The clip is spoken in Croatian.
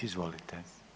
Izvolite.